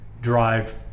drive